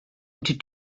into